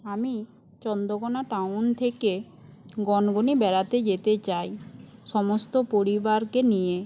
আমি চন্দ্রকোনা টাউন থেকে গনগনি বেড়াতে যেতে চাই সমস্ত পরিবারকে নিয়ে